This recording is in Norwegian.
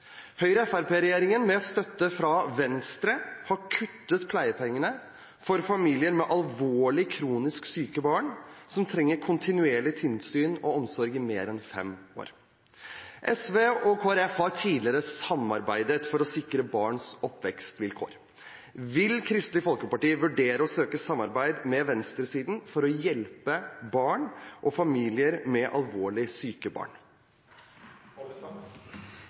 Høyre–Fremskrittspartiet-regjeringen med støtte fra Venstre har kuttet i pleiepengene for familier med alvorlig kronisk syke barn som trenger kontinuerlig tilsyn og omsorg i mer enn fem år. SV og Kristelig Folkeparti har tidligere samarbeidet for å sikre barns oppvekstvilkår. Vil Kristelig Folkeparti vurdere å søke samarbeid med venstresiden for å hjelpe barn og familier med alvorlig syke barn?